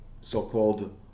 so-called